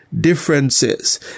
differences